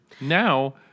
now